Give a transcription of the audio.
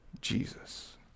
Jesus